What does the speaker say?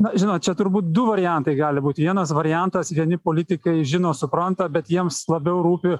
na žinot čia turbūt du variantai gali būt vienas variantas vieni politikai žino supranta bet jiems labiau rūpi